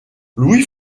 louis